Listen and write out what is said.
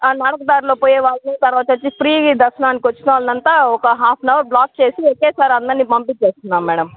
నడకదారుల్లో పోయేవాళ్లు తర్వాత వచ్చి ఫ్రీ దర్శనానికి వచ్చిన వాళ్లంతా ఒక హాఫ్ యాన్ అవర్ బ్లాక్ చేసి ఒకేసారి అందరిని పంపించి వేస్తున్నాం మేడమ్